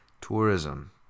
tourism